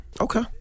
Okay